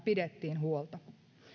pidettiin huolta